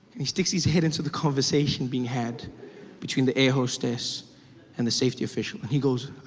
and he sticks his head into the conversation being had between the air hostesses and the safety official and he goes,